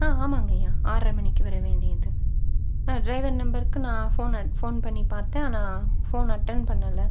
ஆ ஆமாங்கய்யா ஆற்ரை மணிக்கு வரவேண்டியது ஆ ட்ரைவர் நம்பருக்கு நான் ஃபோன் ஃபோன் பண்ணி பார்த்தேன் ஆனால் ஃபோன் அட்டென் பண்ணலை